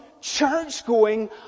church-going